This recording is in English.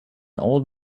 old